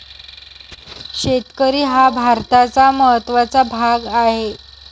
शेतकरी हा भारताचा महत्त्वाचा भाग आहे